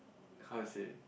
how to say